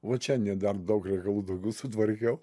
vat šiandien dar daug reikalų tokių sutvarkiau